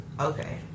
Okay